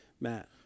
Matt